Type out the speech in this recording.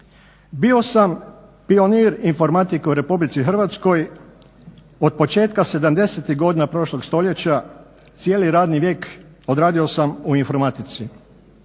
Bio sam pionir informatike u Republici Hrvatskoj od početka '70.-tih godina prošlog stoljeća, cijeli radni vijek odradio sam u informatici.